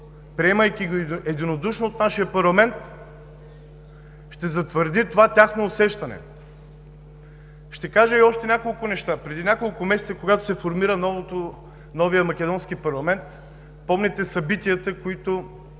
приемайки го единодушно в нашия парламент, ще затвърди това тяхно усещане. Ще кажа още няколко неща. Преди няколко месеца, когато се формира новият македонски парламент – помните събитията, които